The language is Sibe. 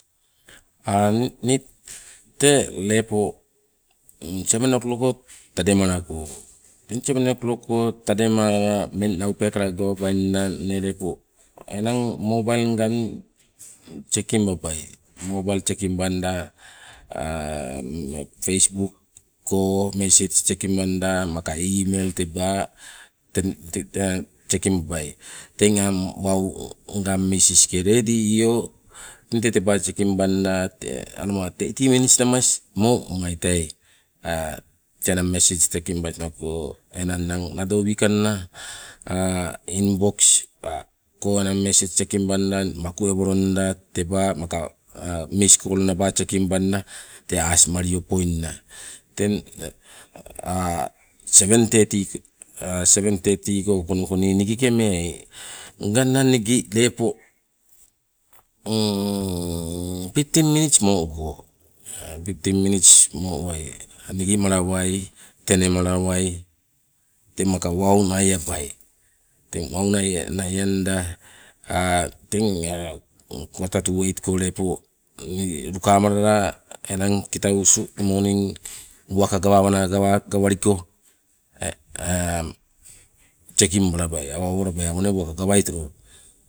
ni tee lepo seven o klok go tademalako. Teng seven o klok go tademalala ummeng nau peekala gawabainna inne lepo mobail ngang seking babai, mobail seking banda facebook ko message seking banda maka email teba, teng tee seking babai. Teng ang ngang misiske wau ledi io teng tee teba seking banda teti minits namas mo abai tei tee ngang message seking bas noko ninang nado wikanna inbox ko enang message seking banda maku ewolonda teba maka miscall naba seking banda tee asmalio poinna teng seven thirty ko konuko ni nigike meai. Nganna nigi lepo fifteen minutes mo uko, fifteen minutes mo uwai nigi malawai, tene malawai, te maka wau naiabai. Teng wau naianda teng ule quarter to eight ko lepo ni lukamalala enang kitau skul morning uwaka gawawana gawaliko seking balabai awa owalabai awo nee uwaka gawaitolo